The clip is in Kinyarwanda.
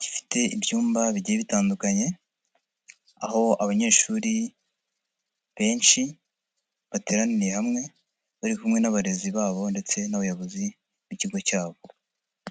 gifite ibyumba bigiye bitandukanye, aho abanyeshuri benshi bateraniye hamwe bari kumwe n'abarezi babo ndetse n'abayobozi b'ikigo cyabo.